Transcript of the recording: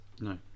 No